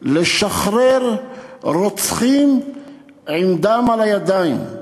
לשחרר רוצחים עם דם על הידיים,